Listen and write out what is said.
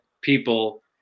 people